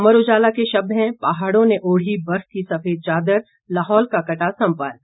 अमर उजाला के शब्द हैं पहाड़ों ने ओढ़ी बर्फ की सफेद चादर लाहौल का कटा संपर्क